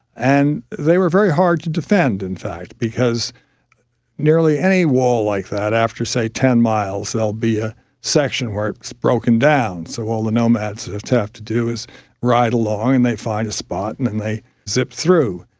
and they were very hard to defend in fact because nearly any wall like that after say ten miles there will be a section where it's broken down, so all the nomads have to do is ride along and they find a spot and then and they zip through.